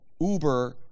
uber